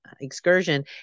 excursion